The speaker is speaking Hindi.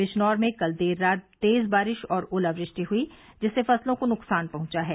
बिजनौर में कल देर रात तेज बारिश और ओलावृष्टि हुई जिससे फसलों को नुकसान पहुंचा है